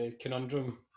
conundrum